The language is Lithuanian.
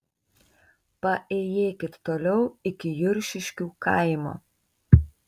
paėjėkit toliau iki juršiškių kaimo